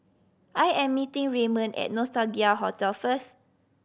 I am meeting Raymon at Nostalgia Hotel first